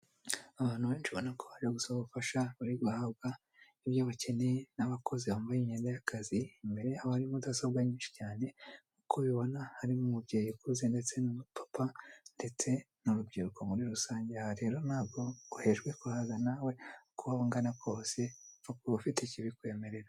Abantu benshi ubona ko bari gusaba ubufasha bariguhabwa ibyo bakeneye n'abakozi bambaye imyenda y'akazi, imbere yabo hari mudasobwa nyinshi cyane, nk'uko ubibona harimo umubyeyi ukuze ndetse n'umu papa, ndetse n'urubyiruko muri rusange. Aha rero ntabwo uhejwe kuhagana upfa kuba ufite ikibikwemerera.